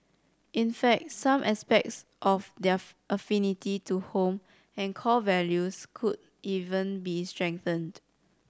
in fact some aspects of their affinity to home and core values could even be strengthened